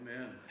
Amen